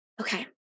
Okay